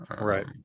Right